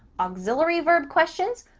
auxiliary verb questions,